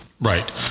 Right